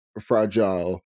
fragile